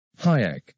Hayek